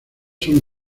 son